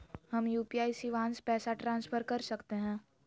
हम यू.पी.आई शिवांश पैसा ट्रांसफर कर सकते हैं?